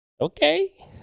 Okay